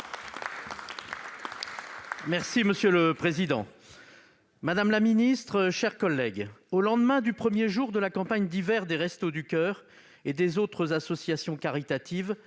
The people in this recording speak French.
Union Centriste. Madame la ministre, mes chers collègues, au lendemain du premier jour de la campagne d'hiver des Restos du coeur et d'autres associations caritatives,